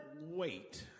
wait